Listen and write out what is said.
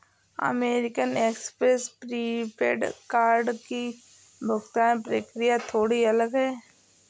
American Express prepaid card की भुगतान प्रक्रिया थोड़ी अलग है